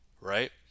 right